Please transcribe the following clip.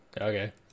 okay